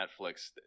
Netflix